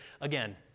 again